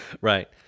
Right